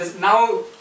Now